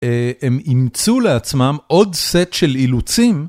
הם אימצו לעצמם עוד סט של אילוצים.